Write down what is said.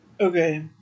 Okay